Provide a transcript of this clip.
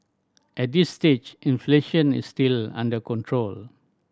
at this stage inflation is still under control